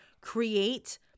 create